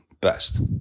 best